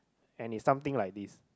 and it's something like this